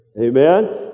amen